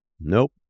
Nope